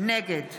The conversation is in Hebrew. נגד